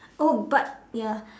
oh but ya